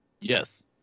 Yes